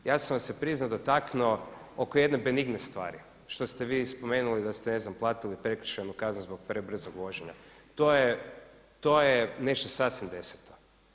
Ja sam se priznao dotaknuo oko jedne benigne stvari što ste vi spomenuli da ste ne znam platili prekršajnu kaznu zbog prebrze vožnje to je nešto sasvim deseto.